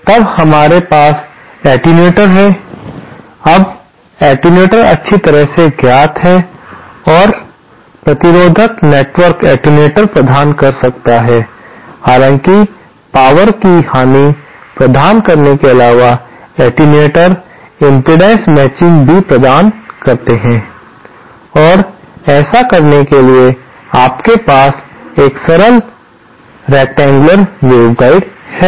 तब हमारे पास एटेन्यूएटर हैं अब एटेन्यूएटर अच्छी तरह से ज्ञात हैं और प्रतिरोधक नेटवर्क एटेन्यूएटर प्रदान कर सकते हैं हालांकि शक्ति की हानि प्रदान करने के अलावा एटेन्यूएटर इम्पीडेन्स मैचिंग भी प्रदान करते हैं और ऐसा करने के लिए आपके पास एक सरल रेकटेंगयुलर वेवगाइड है